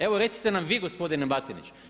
Evo recite nam vi gospodine Batiniću.